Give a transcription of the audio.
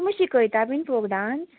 तुमी शिकयता बीन फोक डांस